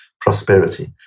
prosperity